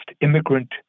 immigrant